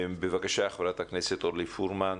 בבקשה, חברת הכנסת אורלי פרומן.